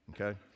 Okay